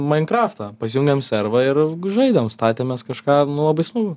mainkraftą pasijungėm servą ir žaidėm statėm mes kažką nu labai smagu